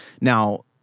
Now